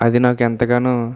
అది నాకు ఎంతగానో